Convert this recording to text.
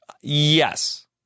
Yes